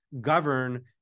govern